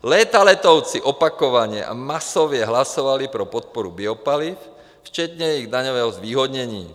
Leta letoucí opakovaně a masově hlasovali pro podporu biopaliv, včetně jejich daňového zvýhodnění.